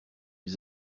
ils